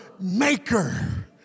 maker